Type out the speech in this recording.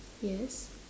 yes